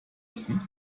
essen